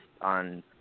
on